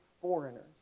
foreigners